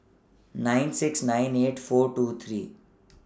nine six nine eight four two three